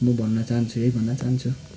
म भन्न चाहन्छु है भन्न चाहन्छु